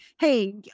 hey